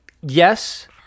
Yes